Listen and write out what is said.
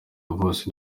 bose